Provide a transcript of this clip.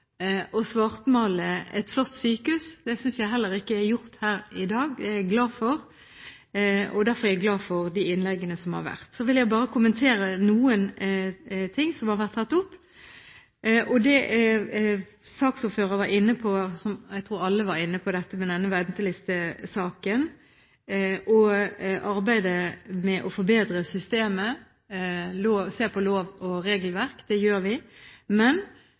å svartmale et flott sykehus. Det synes jeg heller ikke er gjort her i dag. Det er jeg glad for, og derfor er jeg glad for de innleggene som har vært. Så vil jeg kommentere noe som har vært tatt opp. Saksordføreren, og jeg tror alle, var inne på ventelistesaken og arbeidet med å forbedre systemet, se på lover og regelverk. Det gjør vi. Men